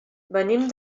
venim